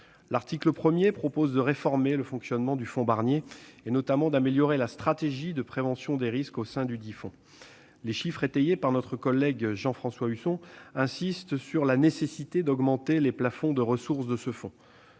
L'article 1 prévoit de réformer le fonctionnement du fonds Barnier et, notamment, d'améliorer la stratégie de prévention des risques au sein dudit fonds. Les chiffres étayés par notre collègue Jean-François Husson insistent sur la nécessité d'augmenter les plafonds de ressources de ce fonds.